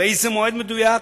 באיזה מועד מדויק,